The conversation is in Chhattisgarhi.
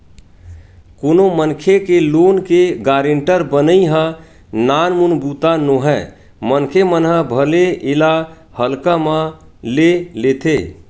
कोनो मनखे के लोन के गारेंटर बनई ह नानमुन बूता नोहय मनखे मन ह भले एला हल्का म ले लेथे